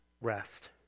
rest